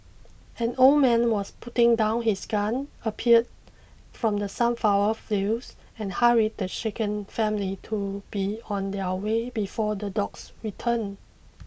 an old man was putting down his gun appeared from the sunflower fields and hurried the shaken family to be on their way before the dogs return